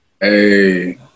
Hey